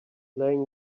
playing